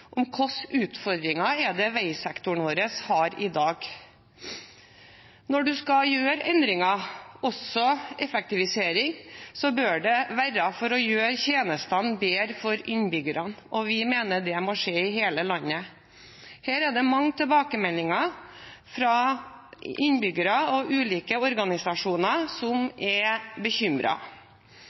utfordringer veisektoren vår har i dag. Når man skal gjøre endringer, også effektivisering, bør det være for å gjøre tjenestene bedre for innbyggerne, og vi mener det må skje i hele landet. Her er det mange tilbakemeldinger fra innbyggere og ulike organisasjoner som er